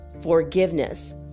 forgiveness